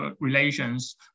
relations